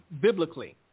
biblically